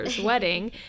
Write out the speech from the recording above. wedding